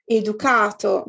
educato